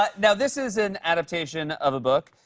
ah now, this is an adaptation of a book,